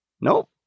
Nope